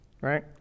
right